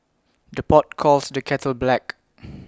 the pot calls the kettle black